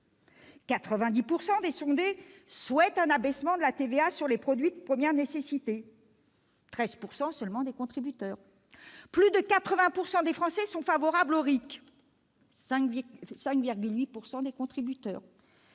90 % des sondés souhaitent un abaissement de la TVA sur les produits de première nécessité contre 13 % seulement des contributeurs ; plus de 80 % des Français sont favorables au RIC contre 5,8 % des contributeurs.